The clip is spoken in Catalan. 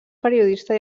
periodista